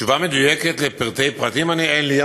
תשובה מדויקת לפרטי פרטים אין לי,